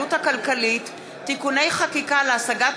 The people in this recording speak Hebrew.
ההתייעלות הכלכלית (תיקוני חקיקה להשגת